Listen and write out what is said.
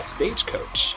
Stagecoach